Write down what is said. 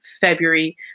February